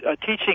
teaching